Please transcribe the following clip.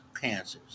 cancers